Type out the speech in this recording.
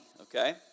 okay